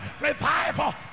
revival